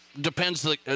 depends